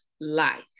life